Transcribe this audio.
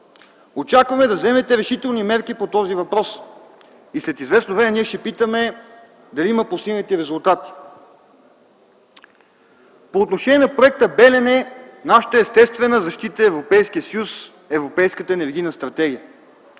Очакваме да вземете решителни мерки по този въпрос и след известно време ние ще питаме дали има постигнати резултати. По отношение на проекта „Белене” нашата естествена защита е Европейският съюз, Европейската енергийна стратегия.